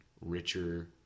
richer